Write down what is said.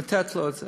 לתת לו את זה.